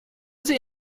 sie